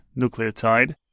nucleotide